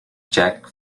jack